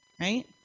right